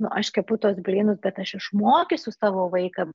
nu aš kepu tuos blynus bet aš išmokysiu savo vaiką